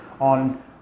on